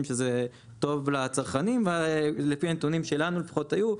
שזה טוב לצרכנים ולפי הנתונים שלנו לפחות היו,